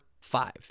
five